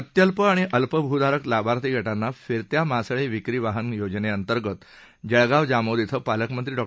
अत्यल्प आणि अल्प भूधारक लाभार्थी गटांना फिरत्या मासळी विक्री वाहन योजनेअंतर्गत जळगाव जामोद इथं पालकमंत्री डॉ